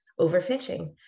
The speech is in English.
overfishing